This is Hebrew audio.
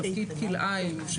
תפקיד כלאיים.